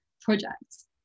projects